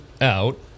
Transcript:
out